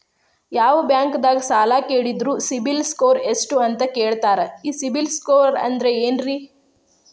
ಯಾವ ಬ್ಯಾಂಕ್ ದಾಗ ಸಾಲ ಕೇಳಿದರು ಸಿಬಿಲ್ ಸ್ಕೋರ್ ಎಷ್ಟು ಅಂತ ಕೇಳತಾರ, ಈ ಸಿಬಿಲ್ ಸ್ಕೋರ್ ಅಂದ್ರೆ ಏನ್ರಿ?